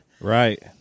Right